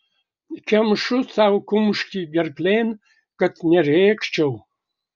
kemšu sau kumštį gerklėn kad nerėkčiau